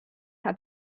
had